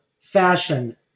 fashion